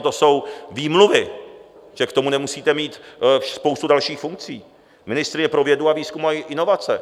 To jsou výmluvy, k tomu nemusíte mít spoustu dalších funkcí, ministryně pro vědu, výzkum a inovace.